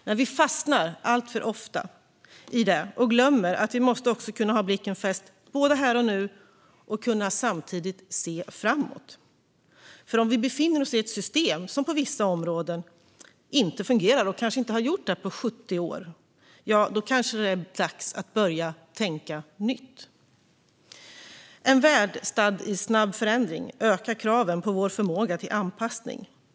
Men vi fastnar alltför ofta i det och glömmer att vi också måste kunna ha blicken fäst här och nu och samtidigt kunna se framåt. Om vi befinner oss i ett system som på vissa områden inte fungerar och som kanske inte har gjort det på 70 år är det dags att börja tänka nytt. En värld stadd i snabb förändring ökar kraven på vår förmåga till anpassning.